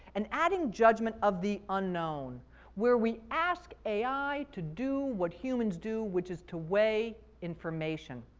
and adding judgement of the unknown where we ask ai to do what humans do which is to weigh information.